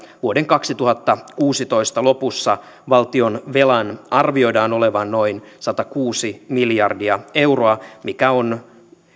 vuoden kaksituhattakuusitoista lopussa valtionvelan arvioidaan olevan noin satakuusi miljardia euroa mikä on